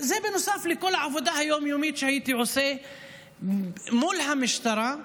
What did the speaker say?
זה נוסף לכל העבודה היום-יומית שהייתי עושה מול המשטרה,